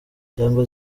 cyangwa